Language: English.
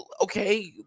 okay